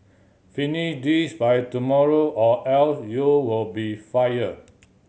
finish this by tomorrow or else you'll be fired